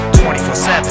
24-7